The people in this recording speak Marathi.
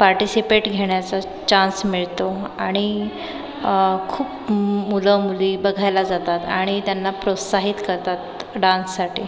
पार्टिसिपेट घेण्याचा चान्स मिळतो आणि खूप मुलं मुली बघायला जातात आणि त्यांना प्रोत्साहित करतात डान्ससाठी